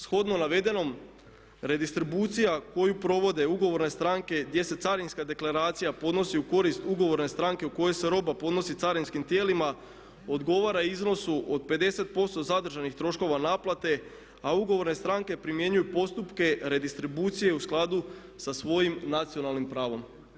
Shodno navedenom redistribucija koju provode ugovorne stranke gdje se carinska deklaracija podnosi u korist ugovorne stranke u kojoj se roba podnosi carinskim tijelima odgovara iznosu od 50% zadržanih troškova naplate a ugovorne stranke primjenjuju postupke redistribucije u skladu sa svojim nacionalnim pravom.